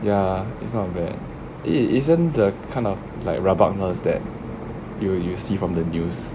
ya it's I'm there isn't the kind of like rubber owners that you will you will see from the news